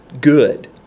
good